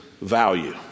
value